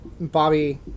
Bobby